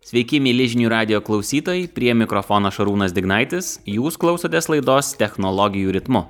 sveiki mieli žinių radijo klausytojai prie mikrofono šarūnas dignaitis jūs klausotės laidos technologijų ritmu